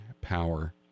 power